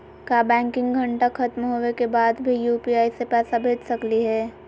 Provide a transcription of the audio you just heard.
का बैंकिंग घंटा खत्म होवे के बाद भी यू.पी.आई से पैसा भेज सकली हे?